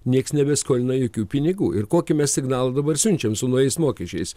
nieks nebeskolina jokių pinigų ir kokį mes signalą dabar siunčiam su naujais mokesčiais